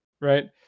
right